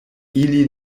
ili